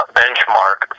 benchmark